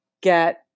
get